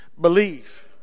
believe